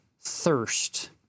thirst